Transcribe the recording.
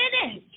finish